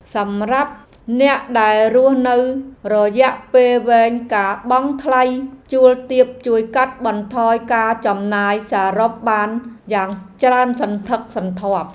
សម្រាប់អ្នកដែលរស់នៅរយៈពេលវែងការបង់ថ្លៃជួលទាបជួយកាត់បន្ថយការចំណាយសរុបបានយ៉ាងច្រើនសន្ធឹកសន្ធាប់។